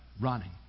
running